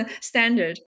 standard